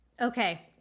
Okay